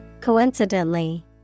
Coincidentally